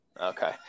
Okay